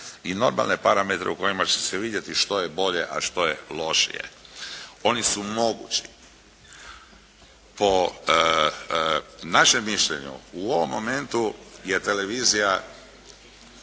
i normalne parametre u kojima će se vidjeti što je bolje, a što je lošije. Oni su mogući. Po našem mišljenju u ovom momentu je televizija